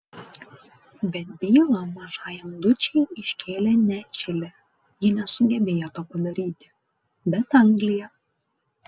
bet bylą mažajam dučei iškėlė ne čilė ji nesugebėjo to padaryti bet anglija